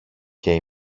και